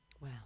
Wow